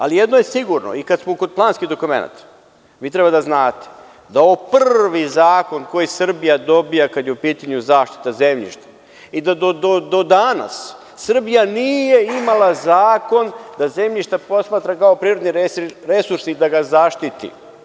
Ali, jedno je sigurno, kad smo kod planskih dokumenata, vi treba da znate da je ovo prvi zakon koji Srbija dobija kada je u pitanju zaštita zemljišta i da do danas Srbija nije imala zakon da zemljište posmatra kao prirodni resurs i da ga zaštiti.